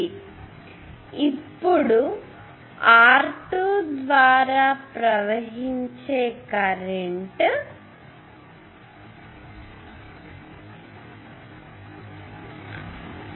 కాబట్టి ఇప్పుడు R2 ద్వారా ప్రవహించే కరెంట్ ప్రవహిస్తుంది